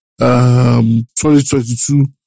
2022